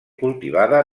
cultivada